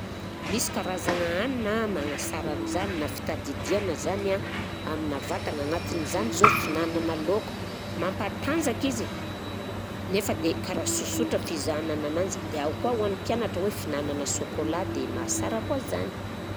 Misy karazana hanina magnatsara an'izany na fitadidiana zany an amina vatagna anatin'izany zao fihinanana lôka mampatanjaka izy nefa dia karaha sosotra fizahanana ananjy, ao koa ny an'ny mpianatra hoe fihinanana sôkôla dia mahasara koa izany